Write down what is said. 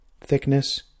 thickness